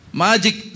magic